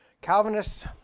Calvinists